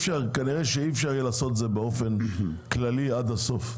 כנראה שאי אפשר יהיה לעשות את זה באופן כללי עד הסוף.